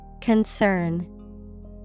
Concern